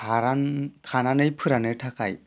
खानानै फोरान्नो थाखाय